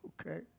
okay